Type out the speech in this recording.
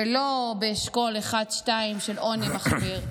ולא באשכול 2-1 של עוני מחפיר.